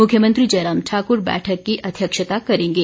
मुख्यमंत्री जयराम ठाकुर बैठक की अध्यक्षता करेंगे